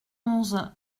onze